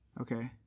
Okay